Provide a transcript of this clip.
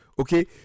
okay